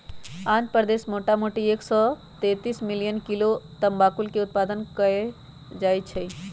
आंध्र प्रदेश मोटामोटी एक सौ तेतीस मिलियन किलो तमाकुलके उत्पादन कएल जाइ छइ